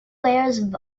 layers